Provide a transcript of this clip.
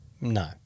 no